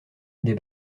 des